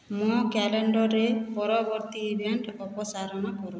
ମୋ କ୍ୟାଲେଣ୍ଡରରେ ପରବର୍ତ୍ତୀ ଇଭେଣ୍ଟ ଅପସାରଣ କର